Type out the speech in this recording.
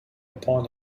upon